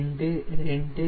3901 0